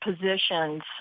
positions